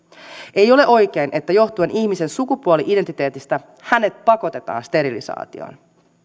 ei ole oikein että johtuen ihmisen sukupuoli identiteetistä hänet pakotetaan sterilisaatioon